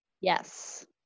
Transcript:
Yes